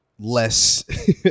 less